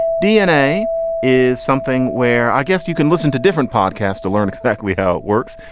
dna is something where i guess you can listen to different podcasts to learn exactly how it works.